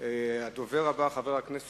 הצעות לסדר-היום